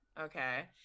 okay